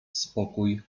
spokój